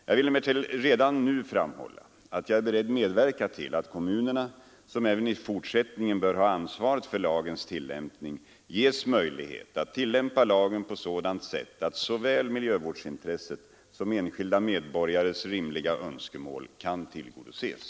Jag vill emellertid redan nu framhålla att jag är beredd medverka till att kommunerna, som även i fortsättningen bör ha ansvaret för lagens tillämpning, ges möjlighet att tillämpa lagen på sådant sätt att såväl miljövårdsintresset som enskilda medborgares rimliga önskemål kan tillgodoses.